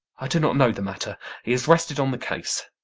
i do not know the matter he is rested on the case.